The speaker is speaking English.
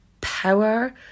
power